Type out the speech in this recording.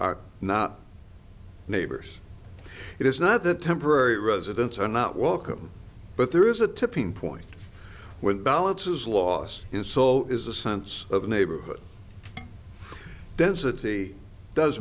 are not neighbors it is not that temporary residents are not welcome but there is a tipping point where the balance is lost in so is a sense of neighborhood density does